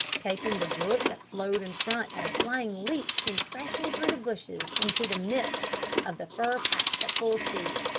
taking the brook that flowed in front at a flying leap, came crashing through the bushes into the midst of the fur-packs at full speed.